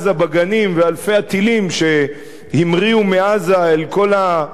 ואלפי הטילים שהמריאו מעזה על כל האנשים,